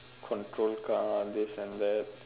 control car this and that